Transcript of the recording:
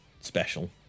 special